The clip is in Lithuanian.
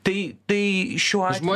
tai tai šiuo atveju